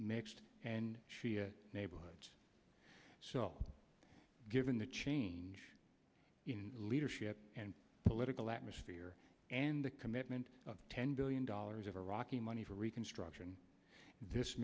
and shia neighborhoods so given the change in leadership and political atmosphere and the commitment of ten billion dollars of a rocking money for reconstruction this